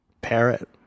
Parrot